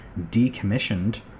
decommissioned